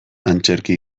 antzerki